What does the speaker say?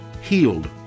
healed